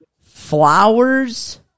flowers